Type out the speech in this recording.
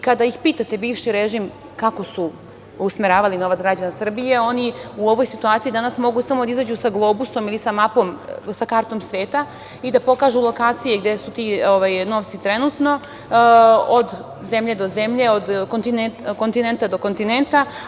Kada pitate bivši režim kako su usmeravali novac građana Srbije, oni u ovoj situaciji mogu danas da izađu sa globusom ili sa mapom, sa kartom sveta i da pokažu lokacije gde su ti novci trenutno, od zemlje do zemlje, od kontinenta do kontinenta.